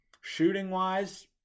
Shooting-wise